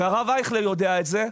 והרב אייכלר יודע את זה,